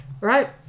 Right